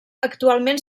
actualment